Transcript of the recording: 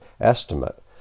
estimate